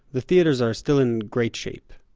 the theaters are still in great shape.